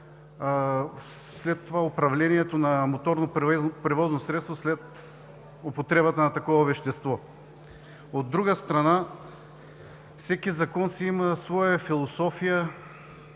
след това управлението на моторно-превозно средство след употребата на такова вещество. От друга страна, всеки закон си има своя философия,